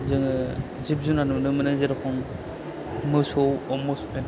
जोङो जिब जुनार नुनो मोनो जेरेखम मोसौ औ मोसौलाइनो